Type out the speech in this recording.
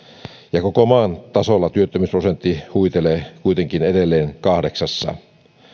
ja koko maan tasolla työttömyysprosentti huitelee kuitenkin edelleen kahdeksassa